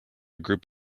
group